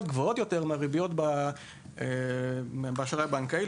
גבוהות יותר מהריביות של האשראי הבנקאי.